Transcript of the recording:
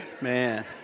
Man